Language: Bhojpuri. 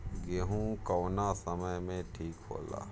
गेहू कौना समय मे ठिक होला?